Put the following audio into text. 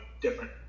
different